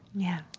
yeah,